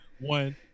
One